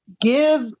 give